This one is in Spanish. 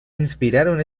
inspiraron